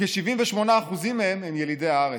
וכ-78% מהם הם ילידי הארץ.